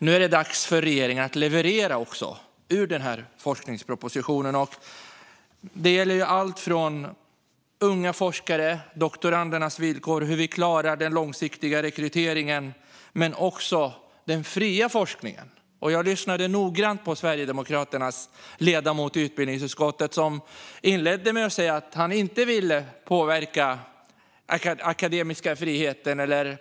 Nu är det dags för regeringen att leverera ur denna forskningsproposition. Det gäller allt från unga forskare och doktorandernas villkor till hur vi klarar den långsiktiga rekryteringen. Men det gäller också den fria forskningen. Jag lyssnade noggrant på Sverigedemokraternas ledamot i utbildningsutskottet, som inledde med att säga att han inte ville påverka den akademiska friheten.